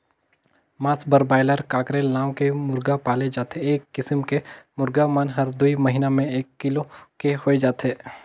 मांस बर broiler, cockerel नांव के मुरगा पाले जाथे ए किसम के मुरगा मन हर दूई महिना में एक किलो के होय जाथे